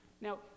Now